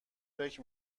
فکر